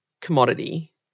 commodity